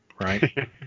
right